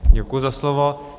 Děkuji za slovo.